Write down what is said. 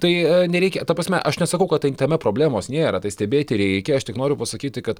tai nereikia ta prasme aš nesakau kad tai tame problemos nėra tai stebėti reikia aš tik noriu pasakyti kad